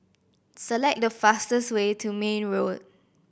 select the fastest way to Mayne Road